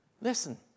Listen